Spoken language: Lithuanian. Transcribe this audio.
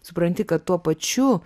supranti kad tuo pačiu